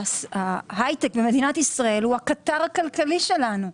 ההייטק במדינת ישראל הוא הקטר הכלכלי שלנו.